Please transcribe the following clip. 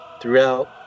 throughout